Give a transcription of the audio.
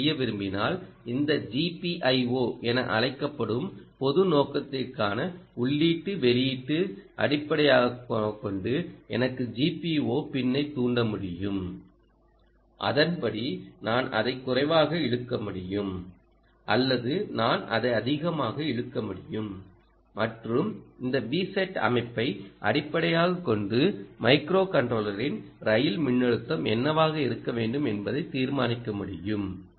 3 செய்ய விரும்பினால் இந்த GPIO என அழைக்கப்படும் பொது நோக்கத்திற்கான உள்ளீட்டு வெளியீட்டை அடிப்படையாகக் கொண்டு எனக்கு GPIO பின்னைத் தூண்ட முடியும் அதன்படி நான் அதை குறைவாக இழுக்க முடியும் அல்லது நான் அதை அதிகமாக இழுக்க முடியும் மற்றும் இந்த Vset அமைப்பை அடிப்படையாகக் கொண்டு மைக்ரோகண்ட்ரோலரின் ரயில் மின்னழுத்தம் என்னவாக இருக்க வேண்டும் என்பதை தீர்மானிக்க முடியும்